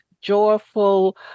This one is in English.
joyful